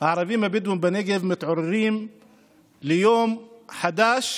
שעוד שעתיים, שעתיים וחצי,